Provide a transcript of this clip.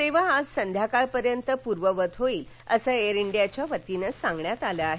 सेवा आज संध्याकाळपर्यंत पूर्ववत होईल असं एअर इंडियाच्यावतीन सांगण्यात आलं आहे